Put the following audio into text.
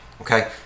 okay